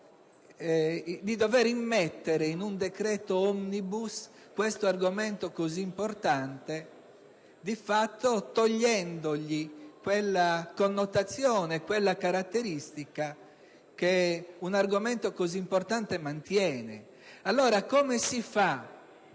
di dover immettere in un decreto *omnibus* questo argomento così importante, di fatto togliendogli quella connotazione e quella caratteristica che un argomento così importante mantiene. Come si fa